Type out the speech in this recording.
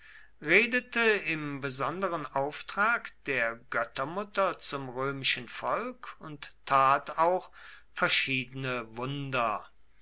redete im besonderen auftrag der göttermutter zum römischen volk und tat auch verschiedene wunder